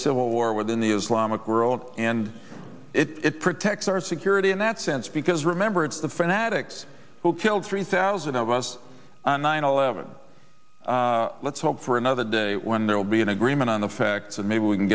civil war within the islamic world and it protects our security in that sense because remember it's the fanatics who killed three thousand of us on nine eleven let's hope for another day when there will be an agreement on the facts and maybe we can